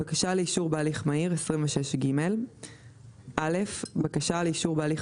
בקשה לאישור בהליך מהיר 26ג. (א)בקשה לאישור בהליך